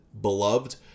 beloved